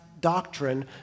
doctrine